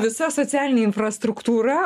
visa socialinė infrastruktūra